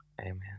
Amen